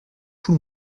tout